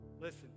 listen